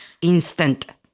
instant